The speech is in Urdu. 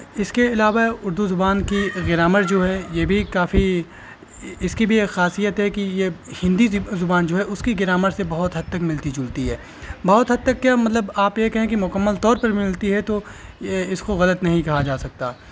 اس کے علاوہ اردو زبان کی گرامر جو ہے یہ بھی کافی اس کی بھی ایک خاصیت ہے کہ یہ ہندی زبان جو ہے اس کی گرامر سے بہت حد تک ملتی جلتی ہے بہت حد تک کیا مطلب آپ یہ کہیں کہ مکمل طور پر ملتی ہے تو یہ اس کو غلط نہیں کہا جا سکتا